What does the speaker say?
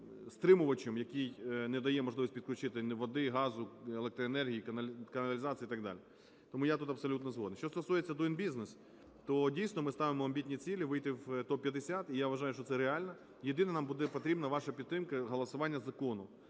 стримувачем, який не дає можливість підключити ні води, газу, електроенергії, каналізації і так далі. Тому я тут абсолютно згоден. Що стосується Doing Business, то, дійсно, ми ставимо амбітні цілі вийти в топ-50. І я вважаю, що це реально. Єдине, нам буде потрібна ваша підтримка і голосування закону.